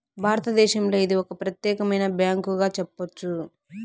భారతదేశంలో ఇది ఒక ప్రత్యేకమైన బ్యాంకుగా చెప్పొచ్చు